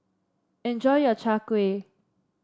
enjoy your Chai Kueh